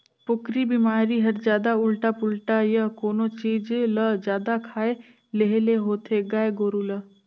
पोकरी बेमारी हर जादा उल्टा पुल्टा य कोनो चीज ल जादा खाए लेहे ले होथे गाय गोरु ल